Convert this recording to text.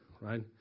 right